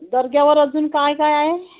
दर्ग्यावर अजून काय काय आहे